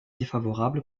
défavorable